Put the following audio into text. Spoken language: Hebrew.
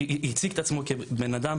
הציג את עצמו כבן אדם